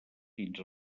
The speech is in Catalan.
fins